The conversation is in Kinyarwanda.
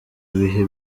bihe